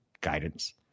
guidance